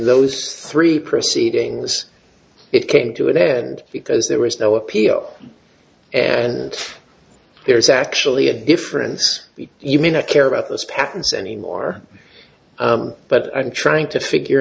those three proceedings it came to an end because there was no appeal and there's actually a difference we even care about those patents anymore but i'm trying to figure